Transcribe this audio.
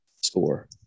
score